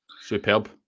Superb